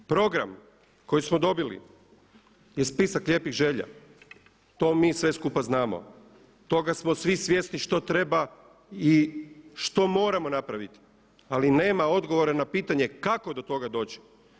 Program koji smo dobili je spisak lijepih želja, to mi sve skupa znamo, toga smo svi svjesni što treba i što moramo napraviti ali nema odgovora na pitanje kako do toga doći?